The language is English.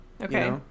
Okay